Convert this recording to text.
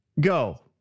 go